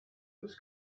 was